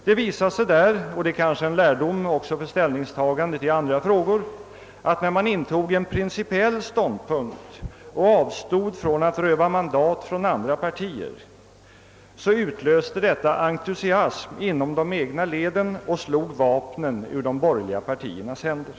Det visade sig — och det är kanske en lärdom också för ställningstagandet i andra frågor — att när man intog en principiell ståndpunkt och avstod från att röva mandat från andra partier, så utlöste detta entusiasm inom de egna leden och slog vapnen ur de borgerliga partiernas händer.